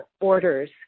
orders